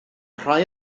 rhai